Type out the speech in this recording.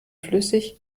flüssig